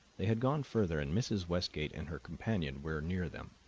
they had gone further, and mrs. westgate and her companion were near them.